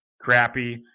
crappy